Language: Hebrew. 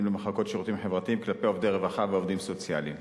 למחלקות לשירותים חברתיים כלפי עובדי רווחה ועובדים סוציאליים.